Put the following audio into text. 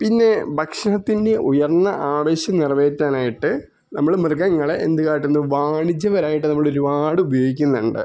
പിന്നെ ഭക്ഷണത്തിന് ഉയർന്ന ആവശ്യം നിറവേറ്റാനായിട്ട് നമ്മള് മൃഗങ്ങളെ എന്ത് കാട്ടുന്നു വാണിജ്യപരമായിട്ട് നമ്മളൊരുപാട് ഉപയോഗിക്കുന്നുണ്ട്